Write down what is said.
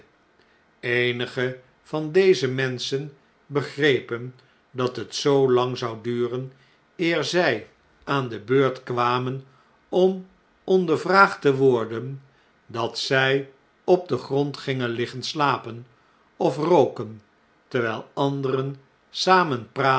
eenige van deze menschen begrepen dat het zoo lang zou duren eer zfl aan de beurt kwamen om ondervraagd te worden dat zij op den grond gingen liggen slapen of rooken terwijl anderen